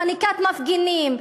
חניקת מפגינים,